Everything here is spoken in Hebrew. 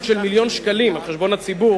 של מיליון שקלים על חשבון הציבור,